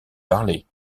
parlées